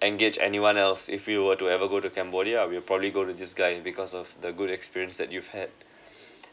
engage anyone else if you were to ever go to cambodia we'll probably go to this guy because of the good experiences that you've had